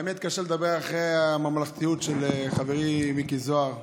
האמת היא שקשה לדבר אחרי הממלכתיות של חברי מיקי זוהר.